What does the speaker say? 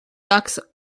ducks